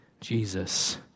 Jesus